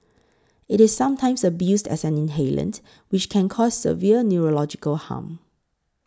it is sometimes abused as an inhalant which can cause severe neurological harm